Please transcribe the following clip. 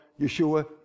Yeshua